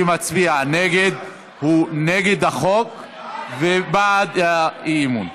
מי שמצביע נגד הוא נגד החוק ובעד האי-אמון.